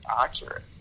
accurate